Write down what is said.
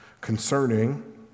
concerning